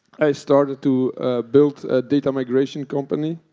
i started to build a data migration company,